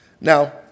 Now